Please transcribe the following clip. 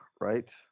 right